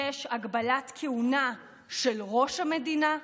יש הגבלת כהונה של ראש המדינה.